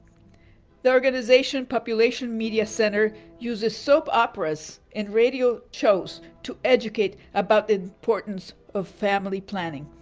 the organization population media center uses soap operas in radio shows to educate about the importance of family planning,